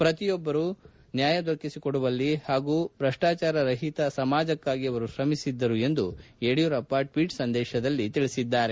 ಪ್ರತಿಯೊಬ್ಬರಿಗೂ ನ್ಕಾಯ ದೊರಕಿಸಿ ಕೊಡುವಲ್ಲಿ ಹಾಗೂ ಭ್ರಷ್ಟಾಚಾರ ರಹಿತ ಸಮಾಜಕ್ಕಾಗಿ ಅವರು ಶ್ರಮಿಸಿದ್ದರು ಎಂದು ಯಡಿಯೂರಪ್ಪ ಟ್ವೀಟ್ ಸಂದೇಶದಲ್ಲಿ ತಿಳಿಸಿದ್ದಾರೆ